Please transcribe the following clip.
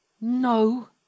No